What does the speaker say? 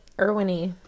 Irwin-y